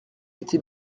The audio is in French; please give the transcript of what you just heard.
été